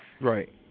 Right